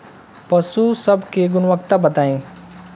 पशु सब के गुणवत्ता बताई?